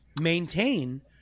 maintain